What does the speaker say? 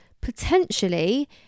potentially